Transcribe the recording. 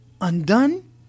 undone